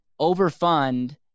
overfund